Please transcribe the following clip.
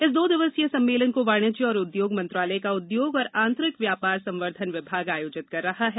इस दो दिवसीय सम्मेलन को वाणिज्य और उद्योग मंत्रालय का उद्योग और आंतरिक व्यापार संवर्धन विभाग आयोजित कर रहा है